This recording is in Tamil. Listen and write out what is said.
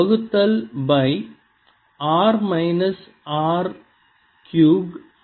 வகுத்தல் by r minus r prime cube ஆகும்